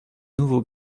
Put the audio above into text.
nouveaux